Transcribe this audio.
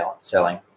selling